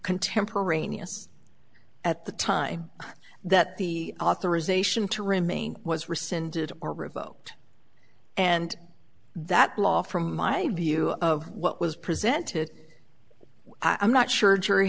contemporaneous at the time that the authorization to remain was rescinded or revoked and that law from my view of what was presented i'm not sure a jury